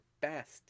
best